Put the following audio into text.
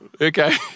Okay